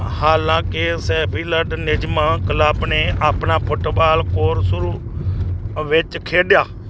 ਹਾਲਾਂਕਿ ਸੈਵੀਲਡ ਨਿਯਮਾਂ ਕਲੱਬ ਨੇ ਆਪਣਾ ਫੁੱਟਬਾਲ ਕੋਰ ਸ਼ੁਰੂ ਵਿੱਚ ਖੇਡਿਆ